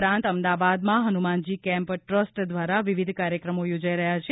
ઉપરાંત અમદાવાદમાં Hanumanji camp trust દ્વારા વિવિધ કાર્યક્રમો યોજાઈ રહ્યા છે